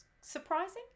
surprising